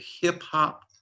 hip-hop